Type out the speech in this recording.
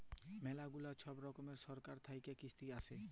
ম্যালা গুলা ছব রকমের ছরকার থ্যাইকে ইস্কিম আসে